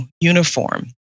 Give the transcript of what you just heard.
uniform